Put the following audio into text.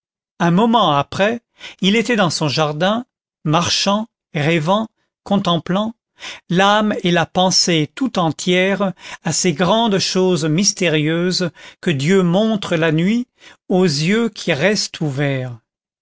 un moment après il était dans son jardin marchant rêvant contemplant l'âme et la pensée tout entières à ces grandes choses mystérieuses que dieu montre la nuit aux yeux qui restent ouverts